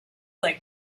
like